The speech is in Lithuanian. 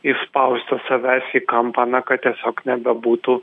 įspausti savęs į kampą na kad tiesiog nebebūtų